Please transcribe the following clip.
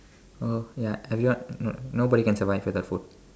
oh oya everyone no nobody can survive without food